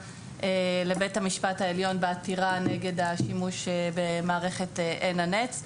לבית המשפט העליון בעמדת המדינה בעתירה נגד השימוש במערכת עין הנץ.